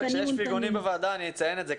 כשיש פרגונים בוועדה אני אציין את זה,